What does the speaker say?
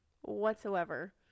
whatsoever